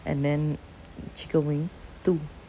and then chicken wing too